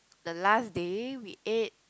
the last day we ate